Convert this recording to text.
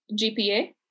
GPA